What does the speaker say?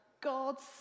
God's